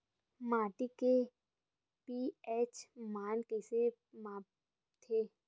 माटी के पी.एच मान कइसे मापथे?